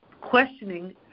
questioning